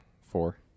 four